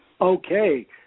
Okay